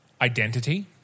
identity